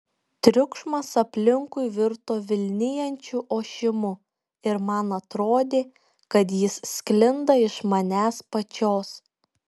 triukšmas aplinkui virto vilnijančiu ošimu ir man atrodė kad jis sklinda iš manęs pačios